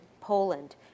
poland